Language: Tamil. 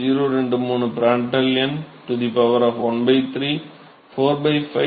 023 பிராண்ட்ட்ல் எண் 1 3 4 5